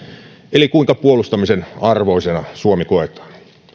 eli kuinka puolustamisen arvoisena suomi koetaan